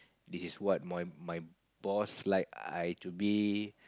this is what my my boss like I to be